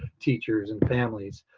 teachers, and families.